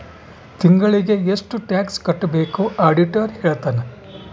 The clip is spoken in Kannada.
ತಿಂಗಳಿಗೆ ಎಷ್ಟ್ ಟ್ಯಾಕ್ಸ್ ಕಟ್ಬೇಕು ಆಡಿಟರ್ ಹೇಳ್ತನ